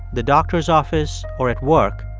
the doctor's office or at work,